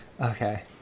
Okay